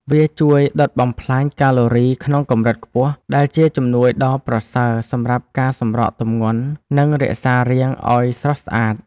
វាជួយដុតបំផ្លាញកាឡូរីក្នុងកម្រិតខ្ពស់ ដែលជាជំនួយដ៏ប្រសើរសម្រាប់ការសម្រកទម្ងន់ និងរក្សារាងឱ្យស្រស់ស្អាត។